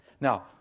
Now